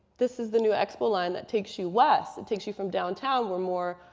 this is the new expo line that takes you west. it takes you from downtown where more